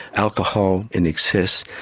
alcohol in excess,